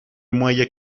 muelle